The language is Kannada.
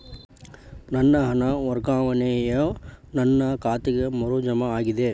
ನನ್ನ ಹಣ ವರ್ಗಾವಣೆಯು ನನ್ನ ಖಾತೆಗೆ ಮರು ಜಮಾ ಆಗಿದೆ